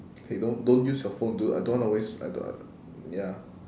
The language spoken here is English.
okay don't don't use your phone dude I don't wanna waste I do~ ya